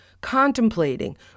contemplating